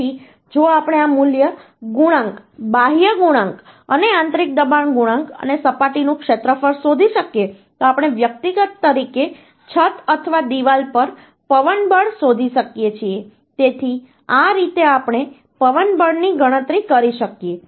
તેથી જો આપણે આ મૂલ્ય ગુણાંક બાહ્ય દબાણ ગુણાંક અને આંતરિક દબાણ ગુણાંક અને સપાટીનું ક્ષેત્રફળ શોધી શકીએ તો આપણે વ્યક્તિગત તરીકે છત અથવા દિવાલ પર પવન બળ શોધી શકીએ છીએ તેથી આ રીતે આપણે પવન બળની ગણતરી કરી શકીએ